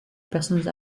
personne